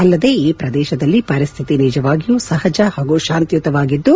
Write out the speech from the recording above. ಅಲ್ಲದೆ ಈ ಪ್ರದೇಶದಲ್ಲಿ ಪರಿಸ್ಥಿತಿ ನಿಜವಾಗಿಯೂ ಸಹಜ ಹಾಗೂ ಶಾಂತಿಯುತವಾಗಿದ್ದು